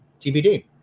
TBD